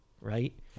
right